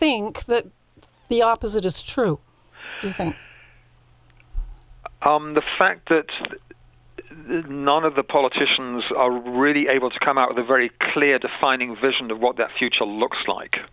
think that the opposite is true the fact that none of the politicians are really able to come out with a very clear defining vision of what that future looks like